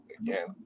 Again